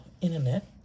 internet